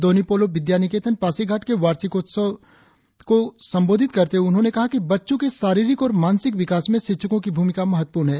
दोन्यी पोलो विद्या निकेतन पासीघाट के वार्षिक दिवस कार्यक्रम को संबोधित करते हुए उन्होंने कहा कि बच्चों के शारीरिक और मानसिक विकास में शिक्षकों की भूमिका महत्वपूर्ण है